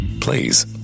please